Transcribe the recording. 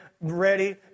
ready